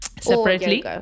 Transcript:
separately